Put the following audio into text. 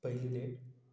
पहिली डेट